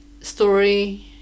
story